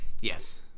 Yes